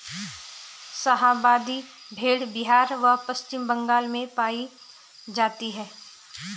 शाहाबादी भेड़ बिहार व पश्चिम बंगाल में पाई जाती हैं